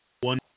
one